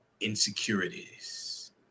insecurities